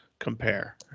Compare